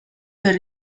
per